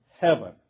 heaven